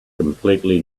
completely